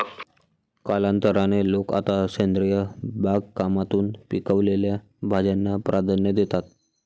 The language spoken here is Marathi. कालांतराने, लोक आता सेंद्रिय बागकामातून पिकवलेल्या भाज्यांना प्राधान्य देतात